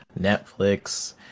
Netflix